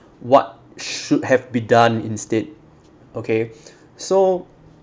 what should have been done instead okay so